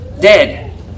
dead